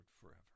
forever